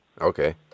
Okay